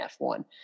F1